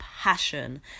passion